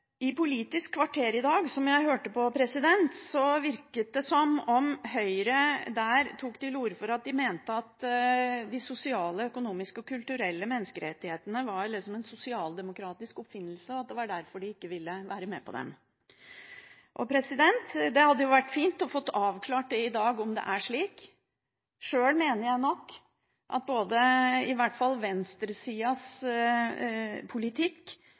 I Politisk kvarter i dag – som jeg hørte på – virket det som om Høyre der tok til orde for at de mente at de sosiale, økonomiske og kulturelle menneskerettighetene var en sosialdemokratisk oppfinnelse, og at det var derfor de ikke ville være med på dem. Det hadde vært fint å få avklart det i dag, om det er slik. Sjøl mener jeg nok at i hvert fall venstresidas politikk